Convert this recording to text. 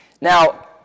Now